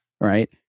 right